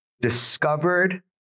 Discovered